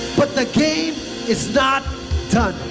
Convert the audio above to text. but the game is not done.